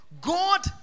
God